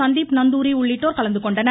சந்தீப் நந்தூரி உள்ளிட்டோர் கலந்து கொண்டனர்